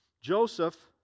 Joseph